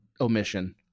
omission